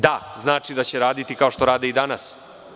Da, znači da će raditi kao što rade i danas.